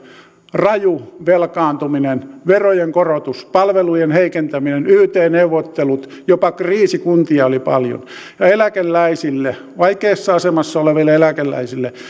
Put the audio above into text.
raju velkaantuminen verojen korotus palvelujen heikentäminen yt neuvottelut jopa kriisikuntia oli paljon ja eläkeläisille vaikeassa asemassa oleville eläkeläisille